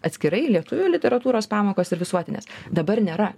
atskirai lietuvių literatūros pamokos ir visuotinės dabar nėra